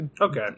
Okay